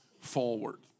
forward